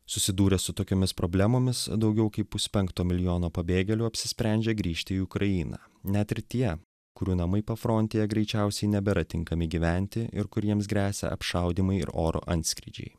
susidūrę su tokiomis problemomis daugiau kaip puspenkto milijono pabėgėlių apsisprendžia grįžti į ukrainą net ir tie kurių namai pafrontėje greičiausiai nebėra tinkami gyventi ir kuriems gresia apšaudymai ir oro antskrydžiai